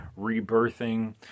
rebirthing